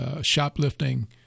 shoplifting